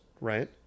right